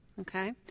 okay